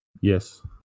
Yes